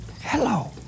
Hello